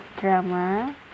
drama